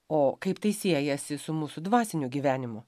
o kaip tai siejasi su mūsų dvasiniu gyvenimu